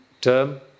term